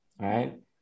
right